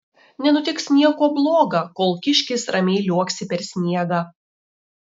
nenutiks nieko bloga kol kiškis ramiai liuoksi per sniegą